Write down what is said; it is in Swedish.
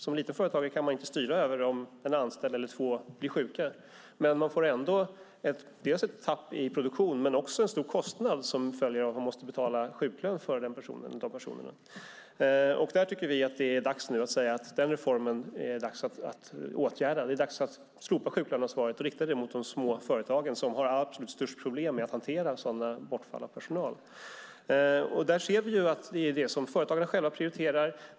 Som liten företagare kan man inte styra över om en anställd eller två blir sjuka, men man får ändå ett tapp i produktion men också en stor kostnad som följer av att man måste betala sjuklön för dessa personer. Vi tycker att det nu är dags att genomföra denna reform och slopa sjuklöneansvaret och rikta denna reform till de små företagen som har absolut störst problem att hantera ett sådant bortfall av personal. Det är detta som företagarna själva prioriterar.